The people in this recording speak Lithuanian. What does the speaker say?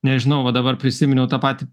nežinau va dabar prisiminiau tą patį